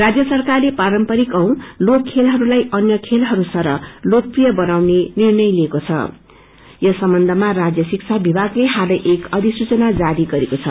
राज्य सरकारले पारम्परिक औ लोक खेलहरूलाई अन्य खेलहरू सरह लोकप्रिय बनाउने निष्ट्रय लिएको छ औ यस सम्बन्ध्मा राज्य शिक्ष विभागले ाहालै एक अधिसूचना जारी गरेको छ